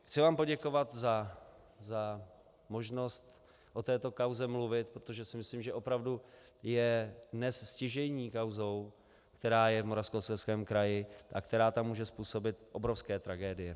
Chci vám poděkovat za možnost o této kauze mluvit, protože si myslím, že opravdu je dnes stěžejní kauzou, která je v Moravskoslezském kraji a která tam může způsobit obrovské tragédie.